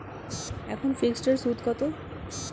এখন ফিকসড এর সুদ কত?